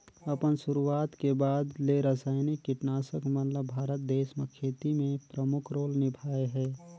अपन शुरुआत के बाद ले रसायनिक कीटनाशक मन ल भारत देश म खेती में प्रमुख रोल निभाए हे